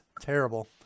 Terrible